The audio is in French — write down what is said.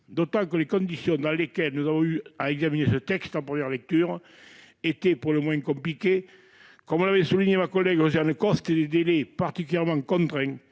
Pourtant, les conditions dans lesquelles nous avons eu à examiner ce texte en première lecture étaient pour le moins compliquées, comme l'avait souligné notre collègue Josiane Costes : des délais particulièrement contraints